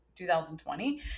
2020